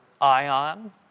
ion